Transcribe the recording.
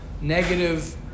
negative